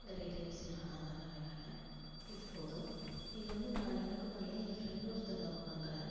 வேறு ஐட்டம் எதாச்சிங்களா ஆ அதெல்லாம் வேண்டாங்க இது போதும் இது வந்து நான் எனக்கு பண்ணல என் ஃப்ரெண்டு ஒருத்தங்களுக்கு பண்ணுறேன்